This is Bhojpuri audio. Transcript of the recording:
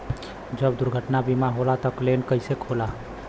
जब दुर्घटना बीमा होला त क्लेम कईसे होला?